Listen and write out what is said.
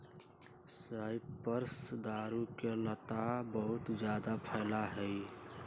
cypress दारू के लता बहुत जादा फैला हई